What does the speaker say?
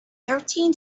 thirteen